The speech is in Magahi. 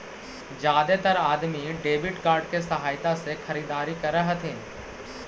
जादेतर अदमी डेबिट कार्ड के सहायता से खरीदारी कर हथिन